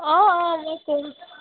অঁ অঁ মই ক'ম